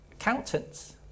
Accountants